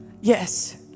Yes